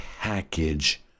package